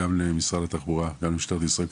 גם למשרד התחבורה וגם למשטרת ישראל.